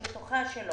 תשובה?